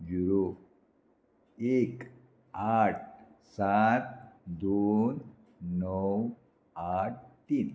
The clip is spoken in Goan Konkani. झिरो एक आठ सात दोन णव आठ तीन